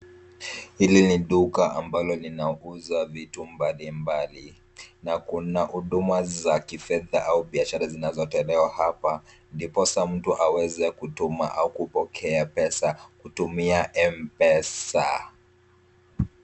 Hili ni duka ambalo linauza vitu mbali mbali na kuna huduma za kifedha au biashara zinazotolewa hapa ndiposa mtu aweze kutuma au kupokea pesa kutumia M-Pesa.